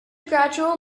gradual